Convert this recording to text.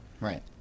right